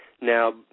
Now